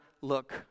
look